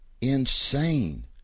insane